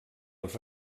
als